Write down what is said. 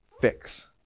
fix